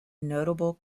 notable